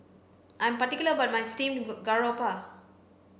I am particular about my steamed garoupa